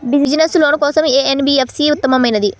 Business loan కోసం ఏ NBFC ఉత్తమమైనది?